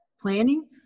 planning